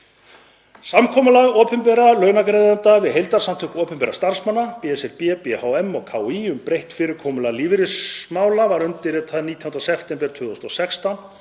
„Samkomulag opinberra launagreiðenda við heildarsamtök opinberra starfsmanna (BSRB, BHM, KÍ) um breytt fyrirkomulag lífeyrismála var undirritað 19. september 2016